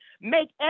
make